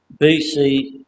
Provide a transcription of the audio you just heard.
BC